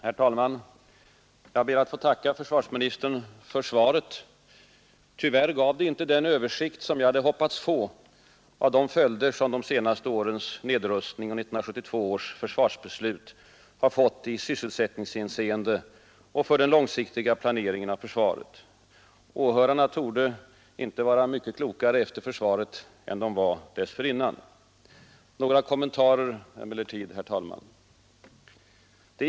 Herr talman! Jag ber att få tacka försvarsministern för svaret. Tyvärr gav det inte den översikt som jag hade hoppats få av de följder som de senaste årens nedrustning och 1972 års försvarsbeslut har fått i sysselsättningshänseende och för den långsiktiga planeringen av försvaret Åhörarna torde icke vara mycket klokare efter svaret än de var dessförinnan. Några kommentarer emellertid, herr talman.